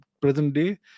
present-day